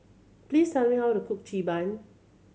please tell me how to cook Xi Ban